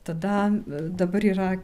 tada dabar yra